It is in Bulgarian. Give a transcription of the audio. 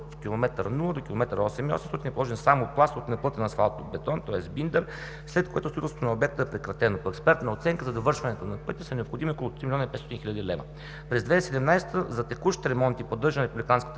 от километър 0 до километър 8,800 е вложен само пласт от неплътен асфалтов бетон, тоест биндер, след което строителството на обекта е прекратено. По експертна оценка за довършването на пътя са необходими около 3 млн. 500 хил. лв. През 2017 г. за текущ ремонт и поддържане на републиканската